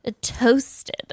toasted